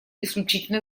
исключительно